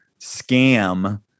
scam